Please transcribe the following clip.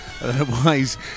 Otherwise